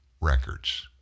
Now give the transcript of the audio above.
records